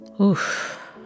Oof